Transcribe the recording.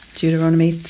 Deuteronomy